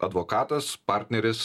advokatas partneris